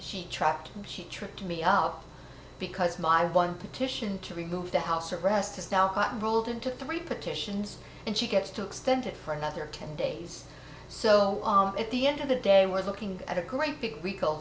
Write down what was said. tracked she tripped me up because my one petition to remove the house arrest has now rolled into three petitions and she gets to extend it for another ten days so at the end of the day we're looking at a great big rico